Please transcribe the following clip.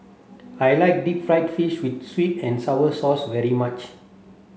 I like deep fried fish with sweet and sour sauce very much